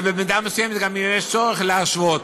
ובמידה מסוימת, אם יש צורך, גם להשוות.